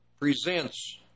presents